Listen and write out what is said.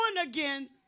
again